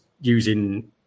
using